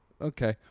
Okay